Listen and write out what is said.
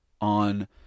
on